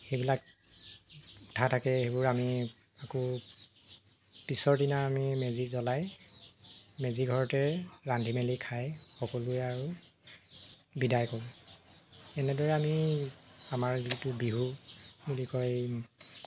সেইবিলাক বন্ধা থাকে সেইবোৰ আমি আকৌ পিছৰ দিনা আমি মেজি জ্বলাই মেজি ঘৰতে ৰান্ধি মেলি খাই সকলোৱে আৰু বিদাই কৰো এনেদৰে আমি আমাৰ যিটো বিহু বুলি কয়